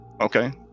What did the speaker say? Okay